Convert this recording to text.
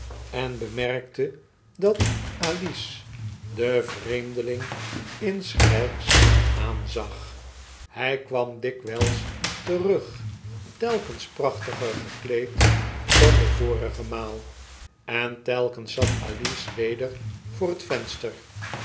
en bemerkte dat alice den vreemdeling insgelyks aanzag hjjj kwam dikwjjls terug telkens prachtiger gekleed dan de vorige maal en telkens zat alice weder voor het venster